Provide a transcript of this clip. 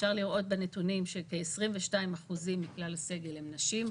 אפשר לראות בנתונים שכ-22% מכלל הסגל הם נשים,